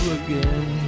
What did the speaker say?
again